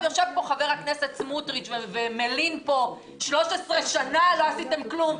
יושב פה חבר הכנסת סמוטריץ' שמלין על כך ש-13 שנים לא עשינו כלום.